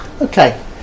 Okay